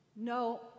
no